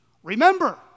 Remember